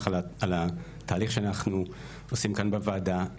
על התהליך שאנחנו עושים כאן בוועדה.